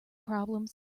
problems